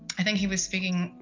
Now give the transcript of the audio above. i think he was speaking,